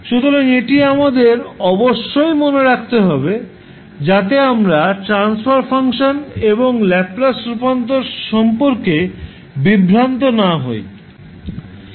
সুতরাং এটি আমাদের অবশ্যই মনে রাখতে হবে যাতে আমরা ট্রান্সফার ফাংশন এবং ল্যাপ্লাস রূপান্তর সম্পর্কে বিভ্রান্ত না হই